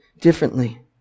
differently